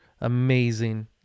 Amazing